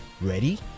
Ready